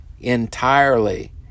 entirely